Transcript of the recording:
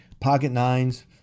pocket-nines